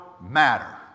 matter